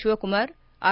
Shivakumar R